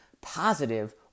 positive